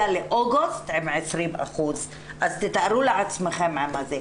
לאוגוסט עם 20% אז תתארו לעצמכם מה זה.